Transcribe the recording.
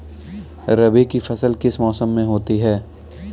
रबी की फसल किस मौसम में होती है?